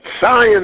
science